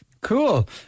Cool